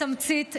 בתמצית,